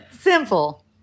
Simple